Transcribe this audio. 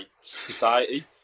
society